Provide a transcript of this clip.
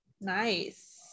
nice